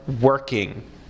working